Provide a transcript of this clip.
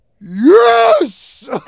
Yes